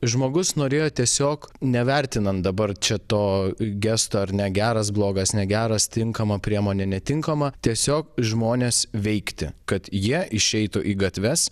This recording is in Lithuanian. žmogus norėjo tiesiog nevertinant dabar čia to gesto ar ne geras blogas negeras tinkama priemonė netinkama tiesiog žmones veikti kad jie išeitų į gatves